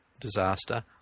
disaster